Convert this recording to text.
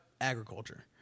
agriculture